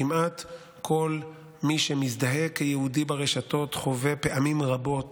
כמעט כל מי שמזדהה כיהודי ברשתות חווה פעמים רבות